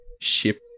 ship